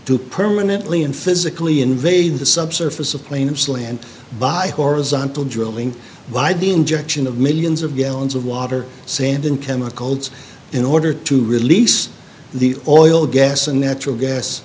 to permanently and physically invade the subsurface of plaintiff's land by horizontal drilling by the injection of millions of gallons of water sand and chemicals in order to release the oil gas and natural